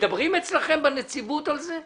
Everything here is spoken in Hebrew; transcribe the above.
מדברים אצלכם בנציבות על כך?